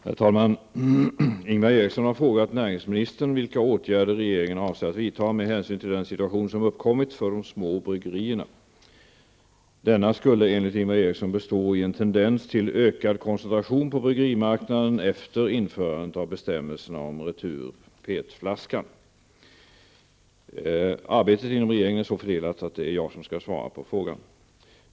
Herr talman! Ingvar Eriksson har frågat näringsministern vilka åtgärder regeringen avser att vidta med hänsyn till den situation som uppkommit för de små bryggerierna. Denna skulle enligt Ingvar Eriksson bestå i en tendens till ökad koncentration på bryggerimarknaden efter införandet av bestämmelserna om retur-PET-flaskan. Arbetet inom regeringen är så fördelat att det är jag som skall svara på frågan.